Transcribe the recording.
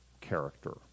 character